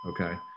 Okay